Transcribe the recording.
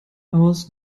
aus